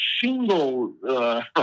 single